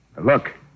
Look